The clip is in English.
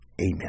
Amen